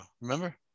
Remember